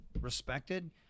respected